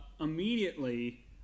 Immediately